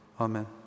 Amen